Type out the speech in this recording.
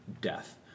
death